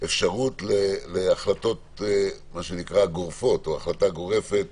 אפשרות להחלטות גורפות או החלטה גורפת